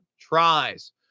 tries